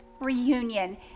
reunion